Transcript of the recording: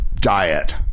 diet